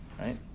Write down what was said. right